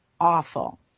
awful